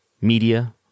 Media